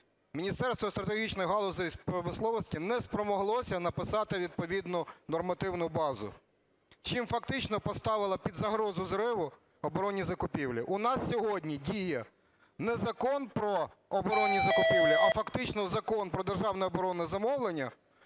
Міністерство стратегічних галузей промисловості не спромоглося написати відповідну нормативну базу, чим фактично поставило під загрозу зриву оборонні закупівлі. У нас сьогодні діє не Закон "Про оборонні закупівлі", а фактично Закон про державне оборонне замовлення,